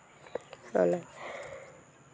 ᱢᱟᱱᱮ